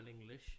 English